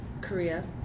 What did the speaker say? Korea